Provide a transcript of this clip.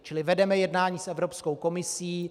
Čili vedeme jednání s Evropskou komisí.